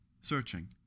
searching